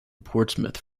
portsmouth